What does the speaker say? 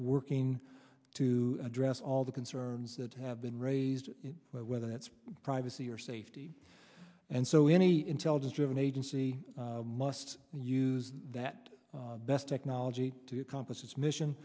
working to address all the concerns that have been raised whether that's privacy or safety and so any intelligence driven agency must use that best technology to accomplish its mission